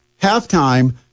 halftime